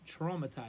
traumatized